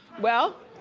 well,